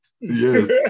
Yes